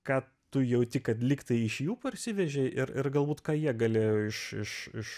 ką tu jauti kad lyg tai iš jų parsivežei ir ir galbūt ką jie galėjo iš iš iš